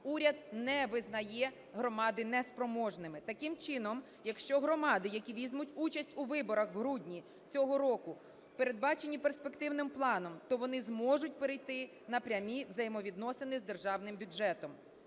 уряд не визнає громади неспроможними. Таким чином, якщо громади, які візьмуть участь у виборах в грудні цього року, передбачені перспективним планом, то вони зможуть перейти на прямі взаємовідносини з державним бюджетом.